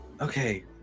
okay